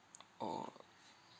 orh